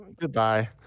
Goodbye